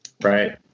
Right